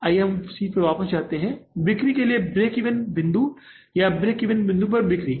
आइए हम शीट पर वापस जाते हैं बिक्री के लिए ब्रेक ईवन बिंदु या ब्रेक ईवन बिंदु पर बिक्री